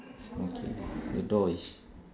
okay the door is